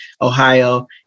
Ohio